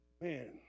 Man